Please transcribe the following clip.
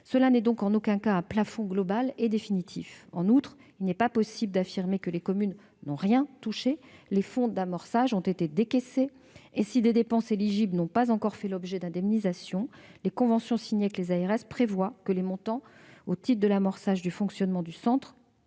Cela n'est donc en aucun cas un plafond global et définitif. En outre, il n'est pas possible d'affirmer que « les communes n'ont rien touché », car les fonds d'amorçage ont été décaissés. Si des dépenses éligibles n'ont pas encore fait l'objet d'une indemnisation, les conventions signées avec les ARS prévoient que les montants attribués au titre de l'amorçage du fonctionnement du centre